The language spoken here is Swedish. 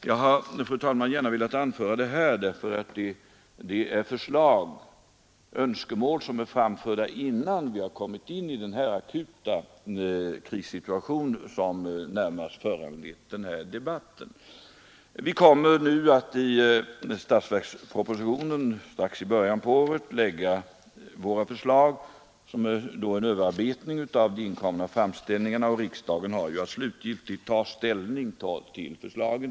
Jag har, fru talman, gärna velat anföra detta därför att det är önskemål som framförts innan vi kom in i den akuta krissituation som närmast föranlett denna debatt. Vi kommer att i statsverkspropositionen, i början av året, lägga fram våra förslag, som då är en bearbetning av de inkomna framställningarna. Riksdagen har att slutgiltigt ta ställning till förslagen.